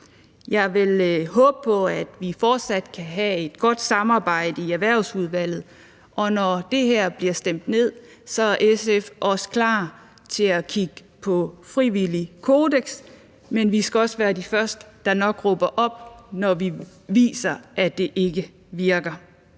Jeg vil håbe på, at vi fortsat kan have et godt samarbejde i Erhvervsudvalget, og når det her bliver stemt ned, er SF også klar til at kigge på et frivilligt kodeks. Men vi skal også være de første, der råber op, når det nok viser sig, at det ikke virker.